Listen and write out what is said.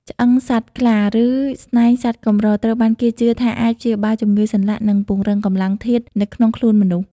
ឆ្អឹងសត្វខ្លា ឬស្នែងសត្វកម្រ ត្រូវបានគេជឿថាអាចព្យាបាលជំងឺសន្លាក់ និងពង្រឹងកម្លាំងធាតុនៅក្នុងខ្លួនមនុស្ស។